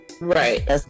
right